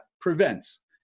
prevents